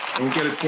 i'm gonna